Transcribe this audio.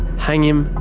hang him,